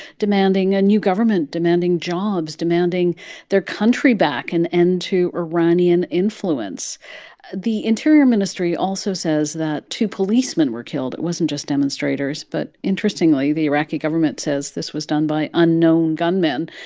demanding a new government, demanding jobs, demanding their country back an and end to iranian influence the interior ministry also says that two policemen were killed. it wasn't just demonstrators. but interestingly, the iraqi government says this was done by unknown gunmen.